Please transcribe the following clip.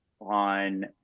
on